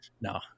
No